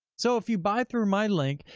so, if you buy through my link,